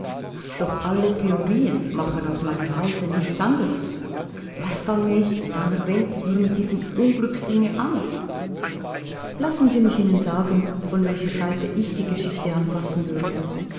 doch alle theorien machen aus meinem hause nichts anderes was fange ich in aller welt nur mit diesem unglücksdinge an lassen sie mich ihnen sagen von welcher seite ich die geschichte anfassen würde